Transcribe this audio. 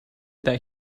that